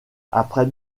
après